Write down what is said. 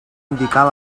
indicar